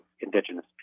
indigenous